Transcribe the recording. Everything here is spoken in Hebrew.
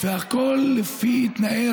והכול לפי תנאי